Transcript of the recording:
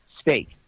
state